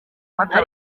mata